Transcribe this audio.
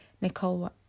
Nicole